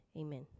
Amen